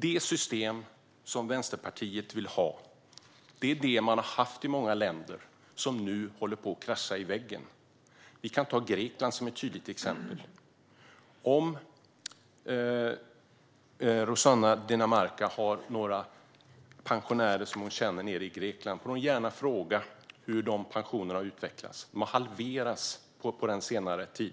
Det system som Vänsterpartiet vill ha är det man har haft i många länder som nu håller på att krascha in i väggen. Vi kan ta Grekland som ett tydligt exempel. Om Rossana Dinamarca känner några pensionärer nere i Grekland får hon gärna fråga hur deras pensioner har utvecklats. De har halverats på senare tid,